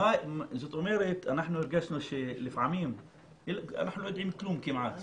זאת אומרת אנחנו הרגשנו שלפעמים אנחנו לא יודעים כלום כמעט.